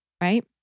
right